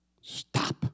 Stop